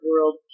world